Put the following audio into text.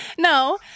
No